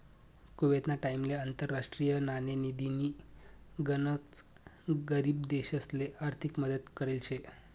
कुवेतना टाइमले आंतरराष्ट्रीय नाणेनिधीनी गनच गरीब देशसले आर्थिक मदत करेल शे